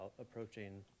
approaching